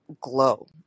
glow